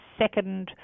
Second